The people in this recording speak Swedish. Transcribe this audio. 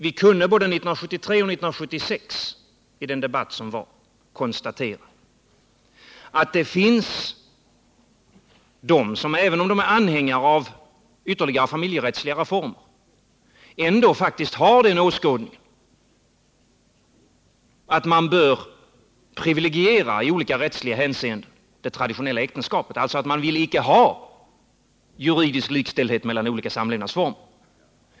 Vi kunde i debatterna både 1973 och 1976 konstatera att det finns de som, även om de är anhängare av ytterligare familjerättsliga reformer, ändå faktiskt har den åskådningen att man i olika rättsliga hänseenden bör privilegiera det traditionella äktenskapet. Man vill alltså inte ha juridisk likställdhet mellan olika samlevnadsformer.